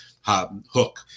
Hook